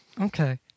okay